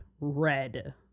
red